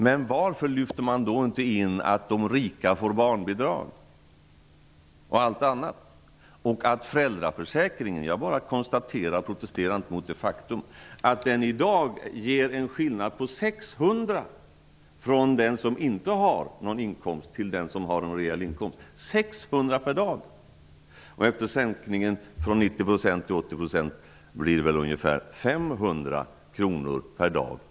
Men varför lyfter man då t.ex. inte in att de rika får barnbidrag och att föräldraförsäkringen ger en skillnad på 600 per dag mellan den som inte har någon inkomst och den som har en rejäl inkomst? Jag bara konstaterar det -- jag protesterar inte mot detta faktum. Efter sänkningen från 90 % till 80 % blir sänkningen ungefär 500 kr per dag.